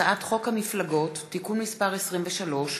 הצעת חוק המפלגות (תיקון מס' 23),